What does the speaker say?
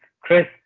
Chris